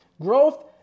Growth